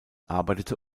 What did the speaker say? arbeitete